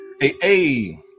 hey